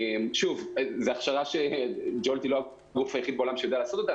זו הכשרה ש- Joltהיא לא הגוף היחיד בעולם שיודע לעשות אותה.